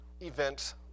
events